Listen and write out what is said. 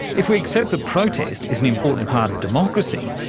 if we accept that protest is an important part of democracy,